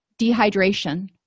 dehydration